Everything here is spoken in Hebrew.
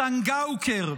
צנגאוקר.